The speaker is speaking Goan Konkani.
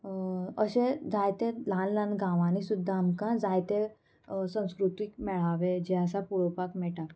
अशें जायते ल्हान ल्हान गांवांनी सुद्दां आमकां जायते संस्कृतीक मेळावे जे आसा पळोवपाक मेळटा